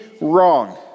wrong